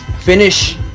finish